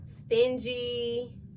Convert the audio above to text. Stingy